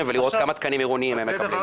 ולראות כמה תקנים עירוניים הם מקבלים.